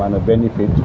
মানে বেনিফিট